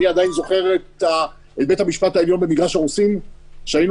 אני עדיין זוכר את בית המשפט העליון במגרש הרוסים כשהיינו